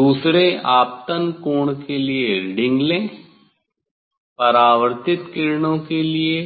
दूसरे आपतन कोण के लिए रीडिंग लें परावर्तित किरणों के लिए